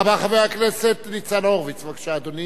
חבר הכנסת ניצן הורוביץ, בבקשה, אדוני.